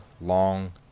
long